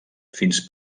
fins